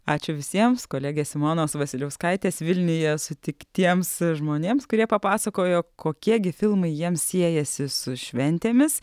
ačiū visiems kolegės simonos vasiliauskaitės vilniuje sutiktiems žmonėms kurie papasakojo kokie gi filmai jiems siejasi su šventėmis